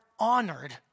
honored